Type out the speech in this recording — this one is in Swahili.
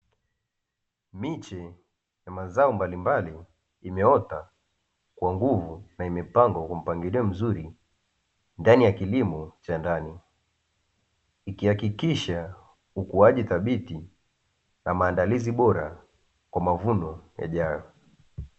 Miche ya mazao mbalimbali imeota kwa nguvu na imepangwa kwa mpangilio mzuri ndani ya kilimo cha ndani. Ikihakikisha ukuaji thabiti na maandalizi bora kwa mavuno yajayo.